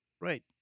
right